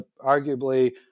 arguably